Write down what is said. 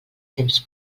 temps